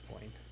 point